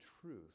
truth